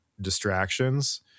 distractions